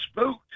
spooked